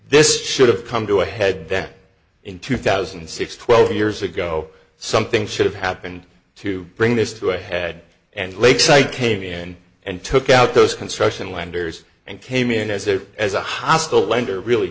this should have come to a head then in two thousand and six twelve years ago something should have happened to bring this to a head and lakeside came in and took out those construction lenders and came in as a as a hostile lender really